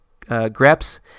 Greps